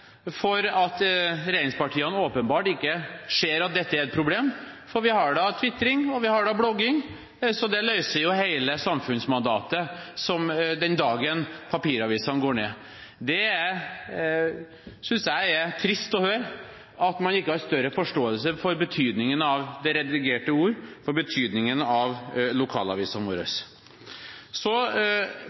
for at regjeringspartiene åpenbart ikke ser at dette er et problem, for vi har da twitring og vi har da blogging, og det løser jo hele samfunnsmandatet den dagen papiravisene går ned. Jeg synes det er trist å høre at man ikke har større forståelse for betydningen av det redigerte ord og betydningen av lokalavisene våre. Så